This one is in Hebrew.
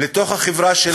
לתוך החברה שלנו?